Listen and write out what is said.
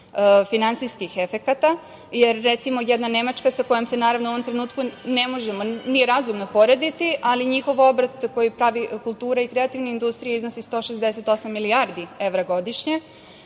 finansijskih efekata. Jer, recimo, jedna Nemačka sa kojom se naravno u ovom trenutku ne možemo mi razumno porediti, ali njihov obrt koji pravi kultura i kreativna industrija iznosi 168 milijardi evra godišnje,